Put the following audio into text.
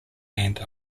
end